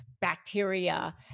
bacteria